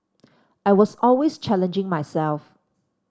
I was always challenging myself